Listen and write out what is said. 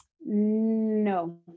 No